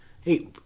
Hey